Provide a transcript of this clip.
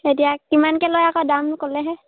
এতিয়া কিমানকৈ লয় আকৌ দাম ক'লেহে